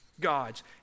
gods